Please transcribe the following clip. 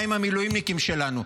מה עם המילואימניקים שלנו?